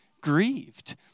grieved